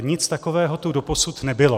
Nic takového tu doposud nebylo.